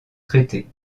traitée